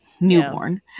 newborn